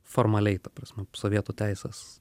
formaliai ta prasme sovietų teisės